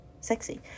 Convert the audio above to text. sexy